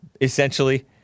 essentially